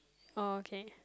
oh okay